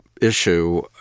issue